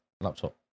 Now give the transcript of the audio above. laptop